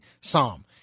psalm